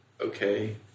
okay